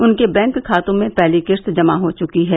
उनके बैंक खातों में पहली किस्त जमा हो चुकी है